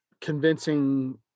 convincing